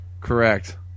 Correct